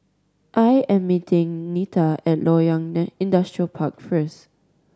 I am meeting Nita at Loyang Industrial Park first